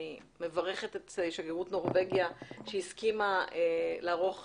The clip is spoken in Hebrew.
אני מברכת את שגרירות נורבגיה שהסכימה לערוך